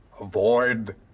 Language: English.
Avoid